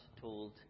told